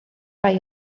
rai